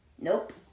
Nope